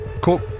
Cool